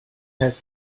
has